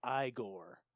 Igor